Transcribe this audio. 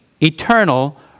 eternal